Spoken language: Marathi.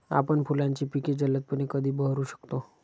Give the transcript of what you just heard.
आपण फुलांची पिके जलदपणे कधी बहरू शकतो?